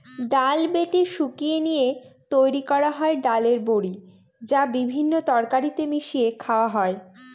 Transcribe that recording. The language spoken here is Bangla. ডাল বেটে শুকিয়ে নিয়ে তৈরি করা হয় ডালের বড়ি, যা বিভিন্ন তরকারিতে মিশিয়ে খাওয়া হয়